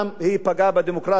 היא פגעה בדמוקרטיה,